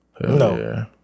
No